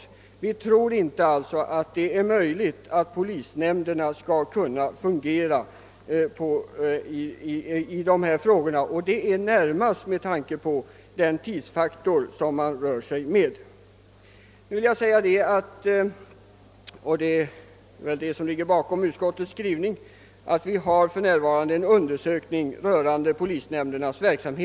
Vi tror alltså inte att det är möjligt för polisnämnden att fungera tillfredsställande i de här frågorna, närmast med tanke på tidsfaktorn i sammanhanget. Det pågår för närvarande en undersökning om polisnämndens verksamhet, och det är detta som ligger bakom utskottets skrivning.